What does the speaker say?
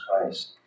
Christ